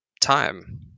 time